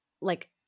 like-